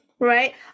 right